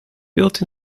built